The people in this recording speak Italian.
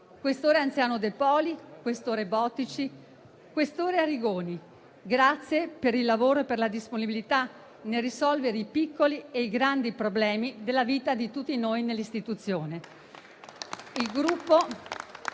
Questore anziano De Poli, questore Bottici, questore Arrigoni, grazie per il lavoro e la disponibilità nel risolvere i piccoli e grandi problemi della vita di tutti noi nell'istituzione.